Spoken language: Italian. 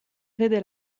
vede